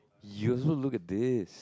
useful look at this